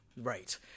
Right